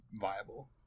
viable